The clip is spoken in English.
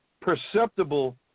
perceptible